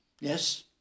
Yes